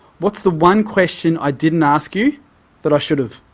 what's the one question i didn't ask you that i should have